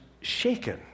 shaken